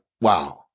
wow